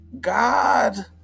God